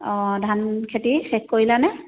অঁ ধান খেতি চেক কৰিলানে